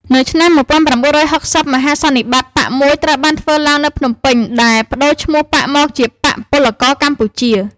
នៅឆ្នាំ១៩៦០ មហាសន្និបាតបក្សមួយត្រូវបានធ្វើឡើងនៅភ្នំពេញ ដែលប្តូរឈ្មោះបក្សមកជា «បក្សពលករកម្ពុជា»។